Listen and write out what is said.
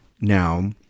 now